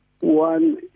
one